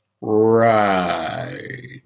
Right